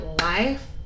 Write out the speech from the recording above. life